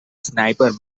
sniper